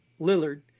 Lillard